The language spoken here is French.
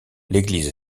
l’église